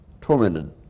tormented